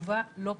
חשובה לא פחות.